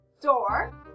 door